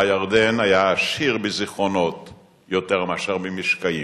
הירדן היה עשיר בזיכרונות יותר מאשר במשקעים.